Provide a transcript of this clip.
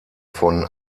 von